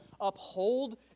uphold